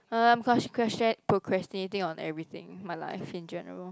uh I'm cos~ costra~ procrastinating on everything in my life in general